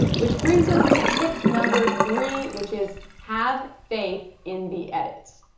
which brings us to tip number three, which is have faith in the edit.